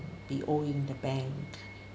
be owed in the bank